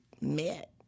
met